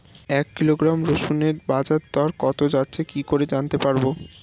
এক কিলোগ্রাম রসুনের বাজার দর কত যাচ্ছে কি করে জানতে পারবো?